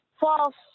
False